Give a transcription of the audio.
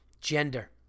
gender